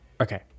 okay